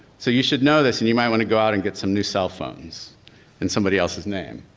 so you should know this and you might wanna go out and get some new cell phones in somebody else's name.